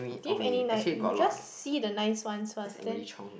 do you any nice we just see the nice one first then